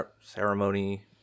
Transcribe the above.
ceremony